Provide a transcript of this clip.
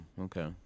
Okay